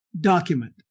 document